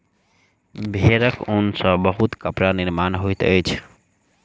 भेड़क ऊन सॅ बहुत कपड़ा निर्माण होइत अछि